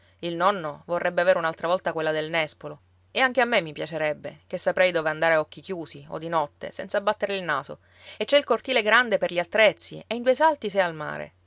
il nonno vorrebbe avere un'altra volta quella del nespolo e anche a me mi piacerebbe ché saprei dove andare a occhi chiusi o di notte senza battere il naso e c'è il cortile grande per gli attrezzi e in due salti s'è al mare